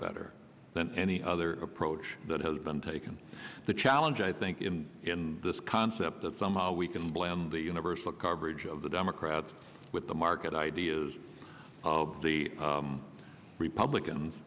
better than any other approach that has been taken the challenge i think in this concept that somehow we can blame the universal coverage of the democrats with the market ideas the republicans